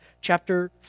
chapter